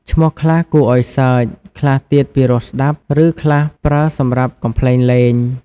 ឈ្មោះខ្លះគួរឱ្យសើច ខ្លះទៀតពិរោះស្ដាប់ ឬខ្លះប្រើសម្រាប់កំប្លែងលេង។